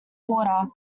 border